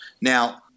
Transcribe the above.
Now